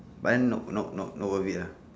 but then no no no not worth it ah